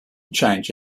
change